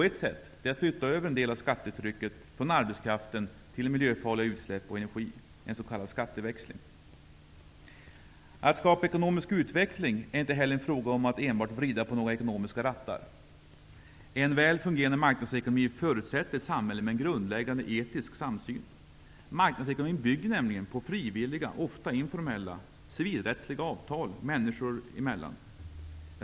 Ett sätt är att flytta över en del av skattetrycket från arbetskraften till miljöfarliga utsläpp och energi -- en s.k. Att skapa ekonomisk utveckling är inte heller en fråga om att enbart vrida på några ekonomiska rattar. En väl fungerande marknadsekonomi förutsätter ett samhälle med en grundläggande etisk samsyn. Marknadsekonomin bygger nämligen på frivilliga, ofta informella, civilrättsliga avtal människor emellan.